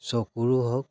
চকুৰো হওক